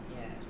Yes